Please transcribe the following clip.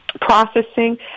processing